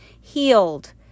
healed